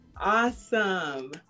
Awesome